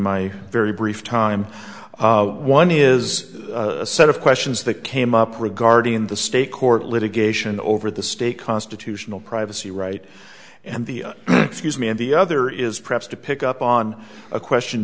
my very brief time one is a set of questions that came up regarding the state court litigation over the state constitutional privacy rights and the excuse me and the other is perhaps to pick up on a question